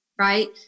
right